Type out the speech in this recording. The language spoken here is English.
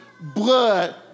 blood